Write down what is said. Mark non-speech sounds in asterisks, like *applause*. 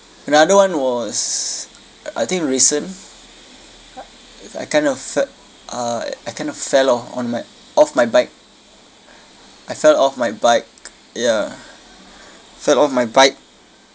another one was I I think recent *noise* I kind of fe~ uh I kind of fell off on my of my bike I fell off my bike ya fell off my bike